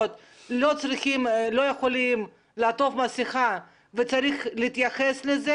לא יכולים לעטות מסכה וצריך להתייחס לזה?